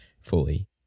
fully